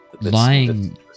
Lying